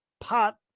pot